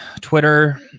Twitter